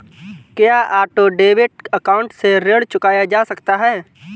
क्या auto debit account से ऋण चुकाया जा सकता है?